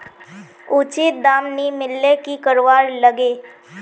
उचित दाम नि मिलले की करवार लगे?